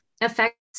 affects